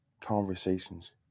conversations